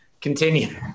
Continue